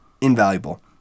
invaluable